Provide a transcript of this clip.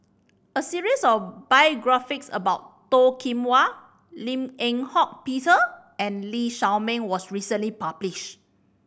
a series of biographies about Toh Kim Hwa Lim Eng Hock Peter and Lee Shao Meng was recently publish